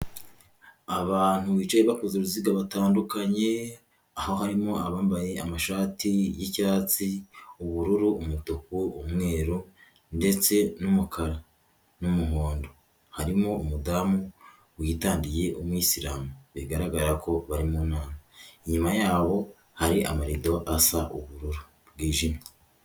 Abantu bicaye bakoze uruziga batandukanye, aho harimo abambaye amashati y'icyatsi, ubururu, umutuku, umweru ndetse n'umukara n'umuhondo, harimo umudamu witandiye w'umwisilamu, bigaragara ko bari mu nama, inyuma yabo hari amarido asa ubururu bwijimye.